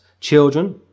children